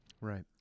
Right